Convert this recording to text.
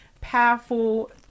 powerful